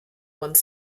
one